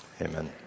Amen